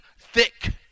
thick